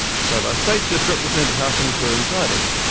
so if our states just represented how things were inside us,